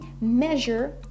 measure